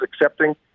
accepting